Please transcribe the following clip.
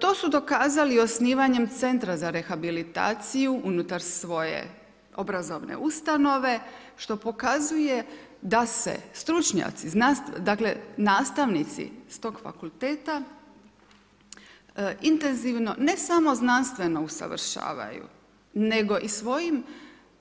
To su dokazali i osnivanjem Centra za rehabilitaciju unutar svoje obrazovne ustanove što pokazuje da se stručnjaci, dakle nastavnici s tog fakulteta intenzivno ne samo znanstveno usavršavaju, nego i svojim